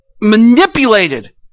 manipulated